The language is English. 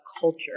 culture